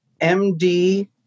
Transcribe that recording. MD